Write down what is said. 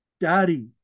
Daddy